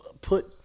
put